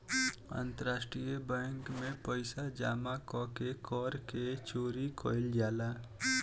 अंतरराष्ट्रीय बैंक में पइसा जामा क के कर के चोरी कईल जाला